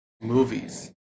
movies